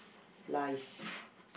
lies~